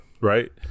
right